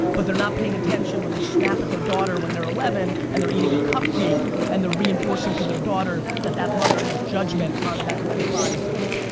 but they're not paying attention when they snap at their daughter when they're eleven and they're eating a cupcake and they're reinforcing to their daughter that that mother has judgment on that girl's body type.